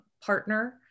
partner